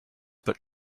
but